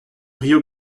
rio